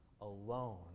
alone